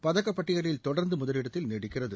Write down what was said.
பதக்கப்பட்டியலில் தொடர்ந்து முதலிடத்தில் நீடிக்கிறது